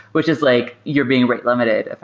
which is like you're being rate limited,